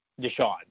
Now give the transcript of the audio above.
deshaun